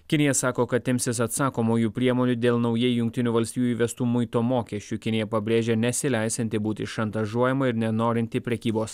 kinija sako kad imsis atsakomųjų priemonių dėl naujai jungtinių valstijų įvestų muito mokesčių kinija pabrėžia nesileisianti būti šantažuojama ir nenorinti prekybos